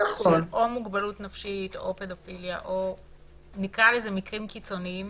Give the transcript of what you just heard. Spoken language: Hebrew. או מוגבלות נפשית או פדופיליה או מקרים קיצוניים